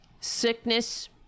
sickness